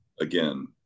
again